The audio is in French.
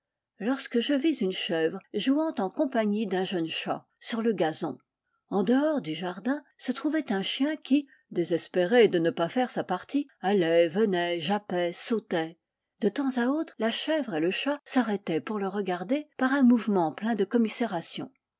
lorsque je vis une chèvre jouant en compagnie d'un jeune chat sur le gazon en dehors du jardin se trouvait un chien qui désespéré de ne pas faire sa partie allait venait jappait sautait de temps à autre la chèvre et le chat s'arrêtaient pour le regarder par un mouvement plein de commisération